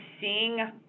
seeing